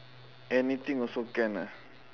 anything also can ah